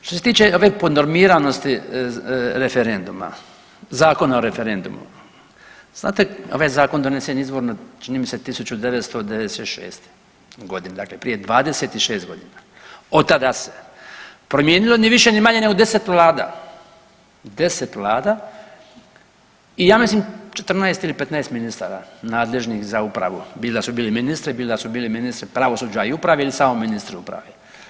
Što se tiče ove podnormiranosti referenduma, Zakona o referendumu, znate ovaj zakon donesen je izvorno čini mi se 1996.g., dakle prije 26.g., otada se promijenilo ni više ni manje nego 10 vlada, 10 vlada i ja mislim 14 ili 15 ministara nadležnih za upravu, bilo da su bili ministri, bilo da su bili ministri pravosuđa i uprave ili samo ministri uprave.